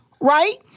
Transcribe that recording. right